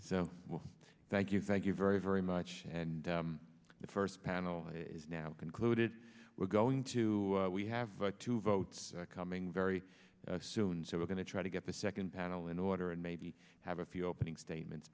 so well thank you thank you very very much and the first panel is now concluded we're going to we have two votes coming very soon so we're going to try to get the second panel in order and maybe have a few opening statements